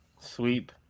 sweep